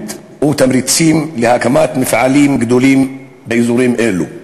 או תמריצים להקמת מפעלים גדולים באזורים אלו.